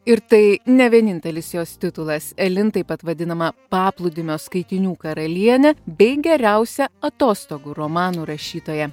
ir tai ne vienintelis jos titulas elin taip pat vadinama paplūdimio skaitinių karaliene bei geriausia atostogų romanų rašytoja